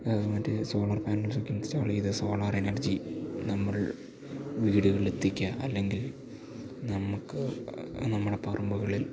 മറ്റെ സോളാർ പാനൽസൊക്കെ ഇൻസ്റ്റാള് ചെയ്ത് സോളാർ എനർജി നമ്മൾ വീടുകളിലെത്തിക്കുക അല്ലെങ്കിൽ നമുക്ക് നമ്മുടെ പറമ്പുകളിൽ